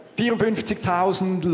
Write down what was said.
54,000